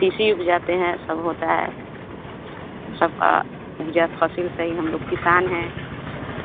तीसी उपजाते हैं सब होता है सबका उपजा फसल से ही हम लोग किसान हैं